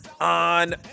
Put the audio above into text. on